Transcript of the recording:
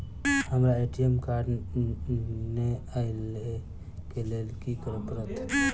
हमरा ATM card नै अई लई केँ लेल की करऽ पड़त?